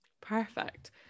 perfect